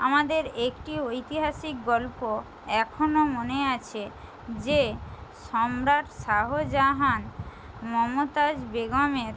আমাদের একটি ঐতিহাসিক গল্প এখনো মনে আছে যে সম্রাট শাহজাহান মমতাজ বেগমের